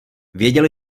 věděl